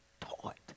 taught